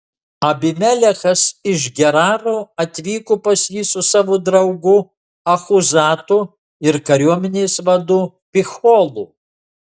abimelechas iš geraro atvyko pas jį su savo draugu achuzatu ir kariuomenės vadu picholu